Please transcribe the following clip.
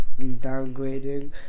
downgrading